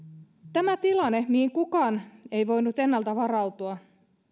tämä tilanne mihin kukaan ei voinut ennalta varautua